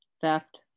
theft